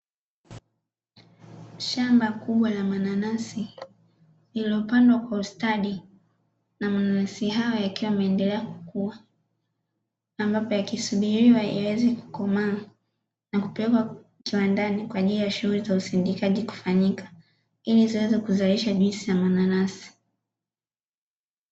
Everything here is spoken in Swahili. Shamba kubwa la mananasi lililopandwa kwa ustadi na mananasi haya yakiwa yameendelea kukua, ambapo yakisubiria yaweze kukomaa na kupeleka kiwandani kwajili ya shughuli ya usindikaji ziweze kufanyika ili kuweza kuzalisha juisi za manansi.